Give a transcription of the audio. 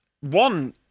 one